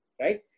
right